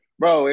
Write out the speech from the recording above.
bro